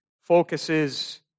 focuses